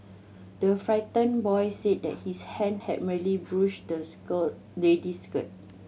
the frightened boy said that his hand had merely brushed the skirt lady's skirt